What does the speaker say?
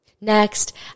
Next